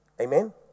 Amen